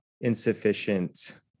insufficient